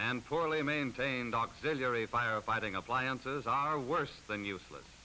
and poorly maintained auxiliary firefighting appliances are worse than useless